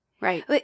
Right